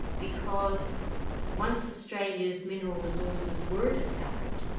because once australia's mineral resources were discovered,